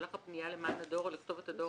תישלח הפנייה למען הדואר או לכתובת הדואר